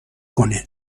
کنه